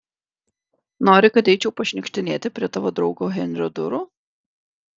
nori kad eičiau pašniukštinėti prie tavo draugo henrio durų